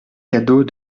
cadeau